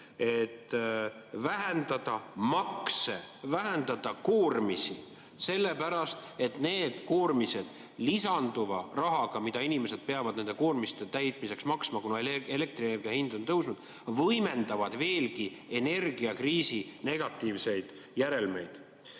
vähendada makse, vähendada koormisi, sellepärast, et need koormised lisanduva rahana, mida inimesed peavad nende koormiste täitmiseks maksma, kuna elektrienergia hind on tõusnud, võimendavad veelgi energiakriisi negatiivseid järelmeid.